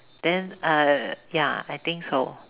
then uh ya I think so